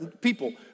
People